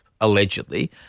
allegedly